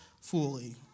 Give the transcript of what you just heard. fully